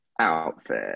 Outfit